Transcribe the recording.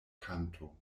kanto